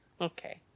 Okay